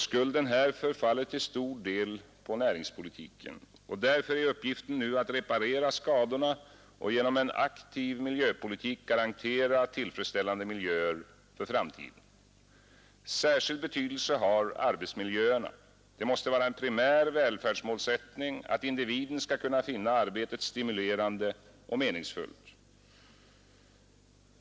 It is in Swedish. Skulden härför faller till stor del på näringspolitiken. Uppgiften nu är därför att reparera skadorna och genom en aktiv miljöpolitik garantera tillfredsställande miljöer för framtiden. Särskild betydelse har arbetsmiljöerna. Det måste vara en primär välfärdsmålsättning att individen skall kunna finna arbetet stimulerande och meningsfullt.